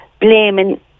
blaming